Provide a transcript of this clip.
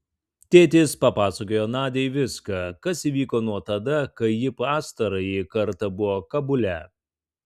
tėtis papasakojo nadiai viską kas įvyko nuo tada kai ji pastarąjį kartą buvo kabule